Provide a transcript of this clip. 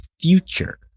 future